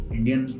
Indian